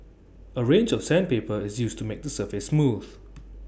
A range of sandpaper is used to make the surface smooth